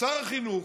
שר החינוך,